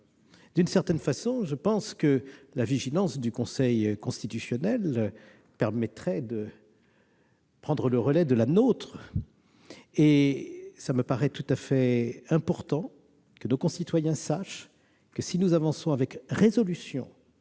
D'une certaine façon, je pense que la vigilance du Conseil constitutionnel permettrait de prendre le relais de la nôtre. Il me paraît tout à fait important que nos concitoyens sachent que, si nous menons avec résolution